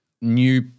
new